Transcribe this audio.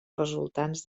resultants